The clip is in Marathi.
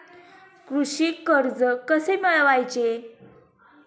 कृषी कर्ज कसे मिळवायचे?